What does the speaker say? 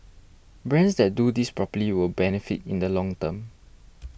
brands that do this properly will benefit in the long term